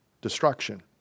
destruction